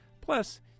Plus